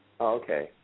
Okay